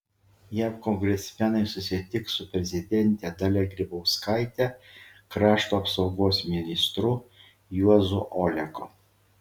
jav kongresmenai susitiks su prezidente dalia grybauskaite krašto apsaugos ministru juozu oleku